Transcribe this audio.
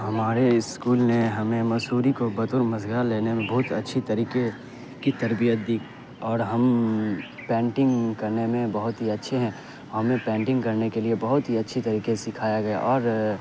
ہمارے اسکول نے ہمیں مصوری کو بطور مشغلہ لینے میں بہت اچھی طریقے کی تربیت دی اور ہم پینٹنگ کرنے میں بہت ہی اچھے ہیں ہمیں پینٹنگ کرنے کے لیے بہت ہی اچھی طریقے سے سکھایا گیا اور